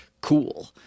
cool